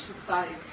society